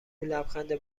لبخند